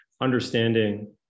understanding